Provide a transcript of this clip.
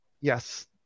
Yes